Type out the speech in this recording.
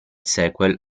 sequel